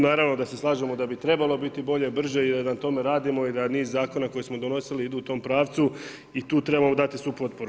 Naravno da se slažemo da bi trebalo biti bolje, brže i na tome radimo i da niz zakona koje smo donosili idu u tom pravcu i tu trebamo dati svu potporu.